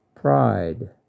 Pride